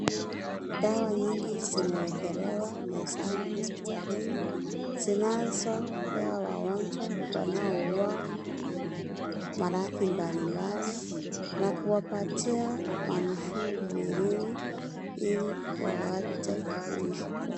Dawa nyingi zimewekelewa meza hospitalini zinazopewa wagonjwa wanao ugua maradhi mbali mbali na kuwapatia nafuu mwilini ili waweze kuishi poa .